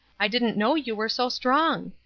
i didn't know you were so strong.